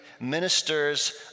ministers